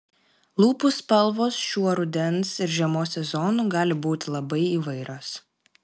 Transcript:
lūpų spalvos šiuo rudens ir žiemos sezonu gali būti labai įvairios